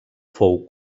fou